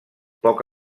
poc